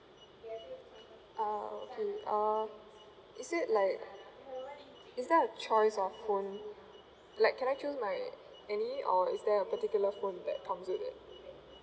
uh okay uh is it like is there a choice of phone like can I choose like any or is there a particular phone that comes with it